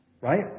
Right